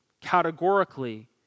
categorically